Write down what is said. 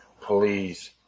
Please